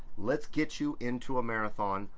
let's get you into a marathon.